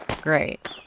Great